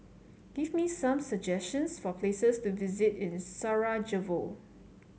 give me some suggestions for places to visit in Sarajevo